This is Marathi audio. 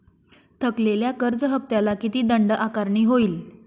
थकलेल्या कर्ज हफ्त्याला किती दंड आकारणी होईल?